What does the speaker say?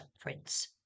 prince